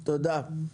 תודה.